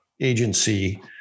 agency